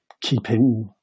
keeping